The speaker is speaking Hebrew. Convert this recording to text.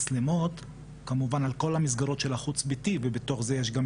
עדיין יכול להיות שהמקלטים הם מסגרות לא כמו שאר המסגרות.